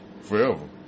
forever